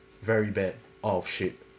very bad of shape